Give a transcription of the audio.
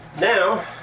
Now